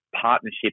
partnership